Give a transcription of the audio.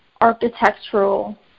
architectural